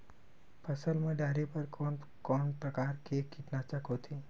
फसल मा डारेबर कोन कौन प्रकार के कीटनाशक होथे?